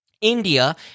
India